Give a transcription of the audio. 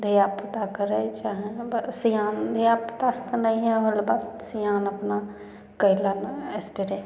धियापुता करै छनि सिआन धियापुता से तऽ नहिये होइ बला सिआन अपना कयलनि स्प्रे